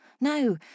No